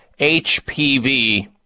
HPV